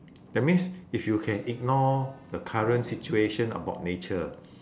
that means if you can ignore the current situation about nature